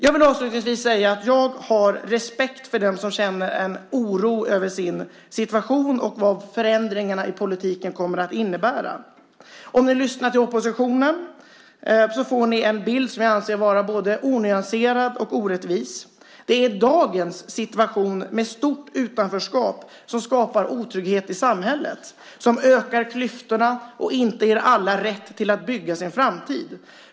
Jag vill avslutningsvis säga att jag har respekt för dem som känner en oro över sin situation och vad förändringarna i politiken kommer att innebära. Om ni lyssnar till oppositionen får ni en bild som jag anser vara både onyanserad och orättvis. Det är dagens situation med stort utanförskap som skapar otrygghet i samhället. Det ökar klyftorna och ger inte alla rätt att bygga sin framtid.